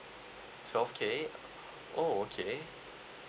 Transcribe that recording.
twelve K oh okay